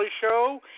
Show